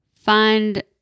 Find